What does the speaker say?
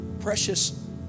precious